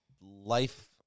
life